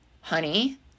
honey